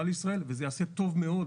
זה יעשה טוב לכבאות והצלה לישראל וזה